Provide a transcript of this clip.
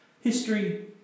History